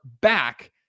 back